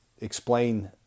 explain